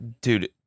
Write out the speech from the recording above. Dude